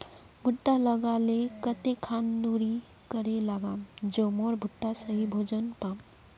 भुट्टा लगा ले कते खान दूरी करे लगाम ज मोर भुट्टा सही भोजन पाम?